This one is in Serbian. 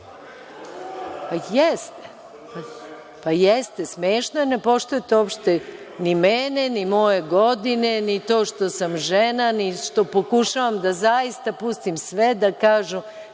nije vikao.)Smešno je, ne poštujete uopšte ni mene, ni moje godine, ni to što sam žena, ni što pokušavam da zaista pustim sve da kažu